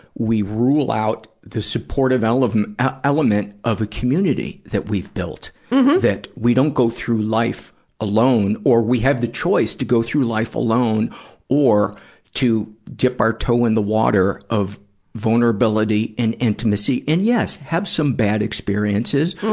we rule out the supportive element ah element of a community that we've built that we don't go through life alone, or we have the choice to go through life alone or to dip our toe in the water of vulnerability and intimacy. and yes, have some bad experiences,